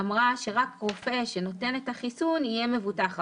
אמרה שרק רופא שנותן את החיסון יהיה מבוטח,